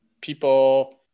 people